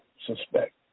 suspect